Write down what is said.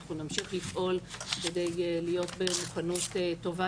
אנחנו נמשיך לפעול כדי להיות במוכנות טובה